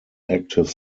active